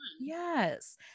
Yes